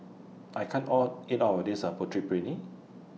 I can't All eat All of This Putu Piring